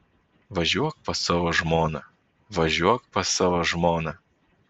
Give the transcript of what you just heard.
važiuok pas savo žmoną važiuok pas savo žmoną